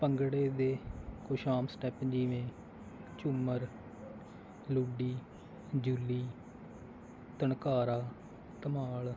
ਭੰਗੜੇ ਦੇ ਕੁਛ ਆਮ ਸਟੈਪ ਜਿਵੇਂ ਝੁੰਮਰ ਲੁੱਡੀ ਜੁੱਲੀ ਧਣਕਾਰਾ ਧਮਾਲ